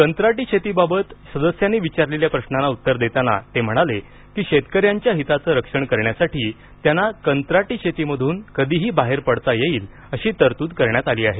कंत्राटी शेतीबाबत सदस्यांनी विचारलेल्या प्रश्नांना उत्तर देताना ते म्हणाले की शेतकऱ्यांच्या हिताचं रक्षण करण्यासाठी त्यांना कंत्राटी शेतीमधून कधीही बाहेर पडता येईल अशी तरतूद करण्यात आली आहे